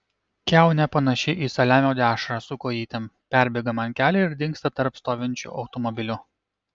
kiaunė panaši į saliamio dešrą su kojytėm perbėga man kelią ir dingsta tarp stovinčių automobilių